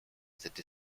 cette